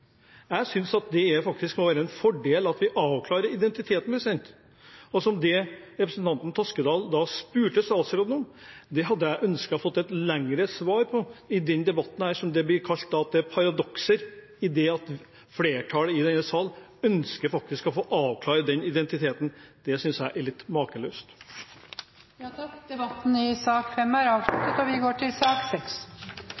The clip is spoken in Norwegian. Jeg synes det faktisk må være en fordel at vi avklarer identiteten. Det som representanten Toskedal spurte statsråden om, hadde jeg ønsket å få et lengre svar på i denne debatten. At det blir kalt et paradoks at flertallet i denne salen faktisk ønsker å få avklart identiteten, synes jeg er litt makeløst. Flere har ikke bedt om ordet til sak